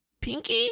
Pinky